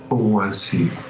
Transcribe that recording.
was he?